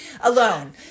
alone